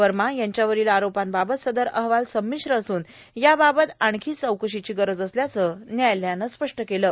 वमा यांच्यावरील आरोपांबाबत सदर अहवाल संमीश्र असून याबाबत आणखी चौकशीची गरज असल्याचं न्यायालयानं म्हटलं आहे